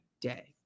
day